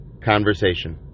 Conversation